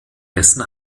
dessen